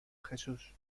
jesús